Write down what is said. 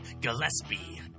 Gillespie